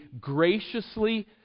graciously